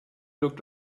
looked